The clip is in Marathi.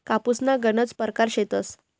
कापूसना गनज परकार शेतस